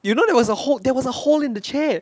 you know there was a hole there was a hole in the chair